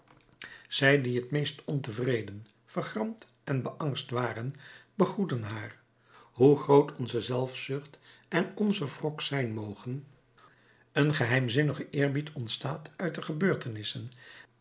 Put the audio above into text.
zij die het meest ontevreden vergramd en beangst waren begroetten haar hoe groot onze zelfzucht en onze wrok zijn mogen een geheimzinnige eerbied ontstaat uit de gebeurtenissen